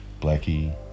Blackie